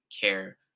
care